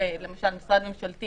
למשל משרד ממשלתי